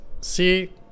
see